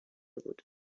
بود